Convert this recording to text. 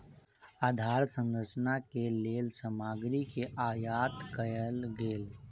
आधार संरचना के लेल सामग्री के आयत कयल गेल